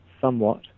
somewhat